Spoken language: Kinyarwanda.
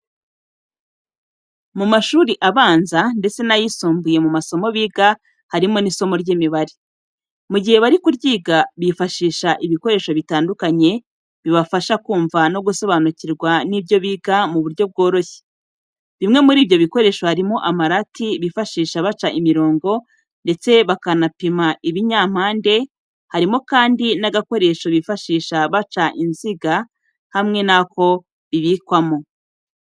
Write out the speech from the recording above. Mu mashuri abanza ndetse n'ayisumbuye mu masomo biga harimo n'isomo ry'imibare. Mu gihe bari kuryiga bifashisha ibikoresho bitandukanye bibafasha kumva no gusobanukirwa n'ibyo biga mu buryo bworoshye. Bimwe muri ibyo bikoresho harimo amarati bifashisha baca imirongo ndetse banapima ibinyampande, harimo kandi n'agakoresho bifashisha baca inziga hamwe n'ako bibikwamo.